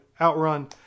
outrun